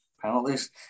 penalties